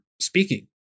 speaking